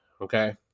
Okay